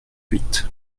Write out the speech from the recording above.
huit